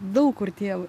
daug kur tie